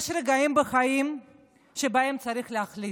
יש רגעים בחיים שבהם צריך להחליט.